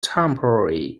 temporary